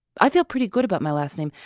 i feel pretty good about my last name.